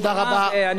תודה רבה.